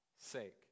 sake